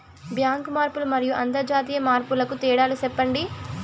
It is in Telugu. బ్యాంకు మార్పులు మరియు అంతర్జాతీయ మార్పుల కు తేడాలు సెప్పండి?